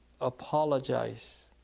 apologize